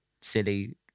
silly